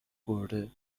برده